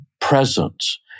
presence